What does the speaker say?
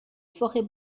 forêt